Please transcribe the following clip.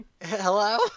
Hello